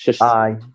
Aye